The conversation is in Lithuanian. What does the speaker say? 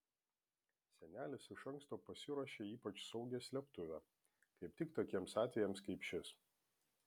senelis iš anksto pasiruošė ypač saugią slėptuvę kaip tik tokiems atvejams kaip šis